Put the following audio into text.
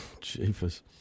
Jesus